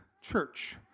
church